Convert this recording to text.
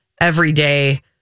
everyday